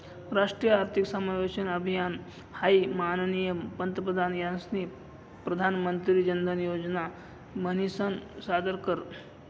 राष्ट्रीय आर्थिक समावेशन अभियान हाई माननीय पंतप्रधान यास्नी प्रधानमंत्री जनधन योजना म्हनीसन सादर कर